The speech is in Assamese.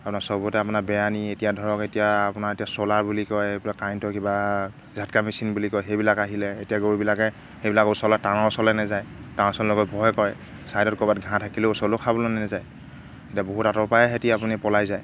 আপোনাৰ চবতে মানে বেয়া নি এতিয়া ধৰক এতিয়া আপোনাৰ এতিয়া চ'লাৰ বুলি কয় এইবিলাক কাৰেণ্টৰ কিবা ঝাটকা মেচিন বুলি কয় সেইবিলাক আহিলে এতিয়া গৰুবিলাকে সেইবিলাক ওচৰলৈ টাৱৰ ওচৰলৈ নাযায় টাৱৰৰ ওচৰলৈ যাব ভয় কৰে ছাইডত ক'ৰবাত ঘাঁহ থাকিলেও ওচৰলৈও খাবলৈ নাযায় এতিয়া বহুত আঁতৰ পৰাই সিহঁতি আপুনি পলাই যায়